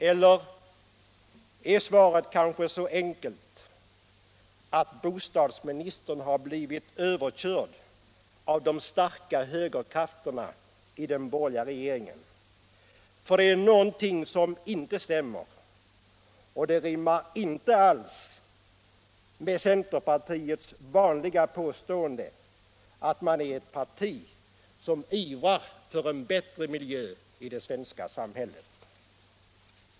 Eller är förklaringen kanske så enkel att bostadsministern har blivit överkörd av de starka högerkrafterna i den borgerliga regeringen? Det är någonting som inte stämmer, och det rimmar inte alls med centerns vanliga påstående att man är ett parti som ivrar för en bättre miljö i det svenska samhället.